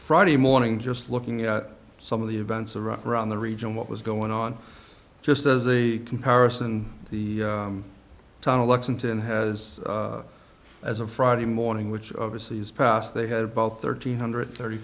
friday morning just looking at some of the events around the region what was going on just as a comparison the tunnel lexington has as of friday morning which obviously is past they had about thirteen hundred thirty